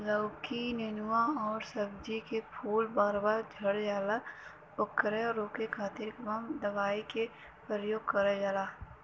लौकी नेनुआ जैसे सब्जी के फूल बार बार झड़जाला ओकरा रोके खातीर कवन दवाई के प्रयोग करल जा?